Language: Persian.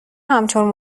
همچون